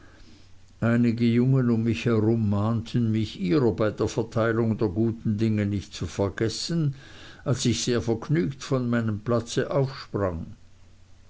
einige jungen um mich herum mahnten mich ihrer bei der verteilung der guten dinge nicht zu vergessen als ich sehr vergnügt von meinem platze aufsprang